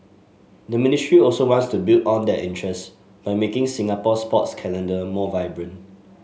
the ministry also wants to build on that interest by making Singapore's sports calendar more vibrant